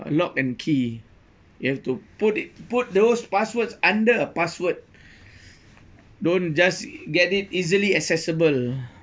lock and key you have to put it put those passwords under a password don't just get it easily accessible